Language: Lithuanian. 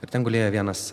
ir ten gulėjo vienas